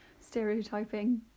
stereotyping